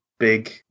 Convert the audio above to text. big